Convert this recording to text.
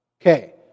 Okay